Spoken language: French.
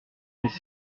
mais